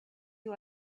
who